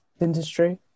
industry